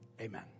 amen